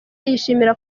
yishimira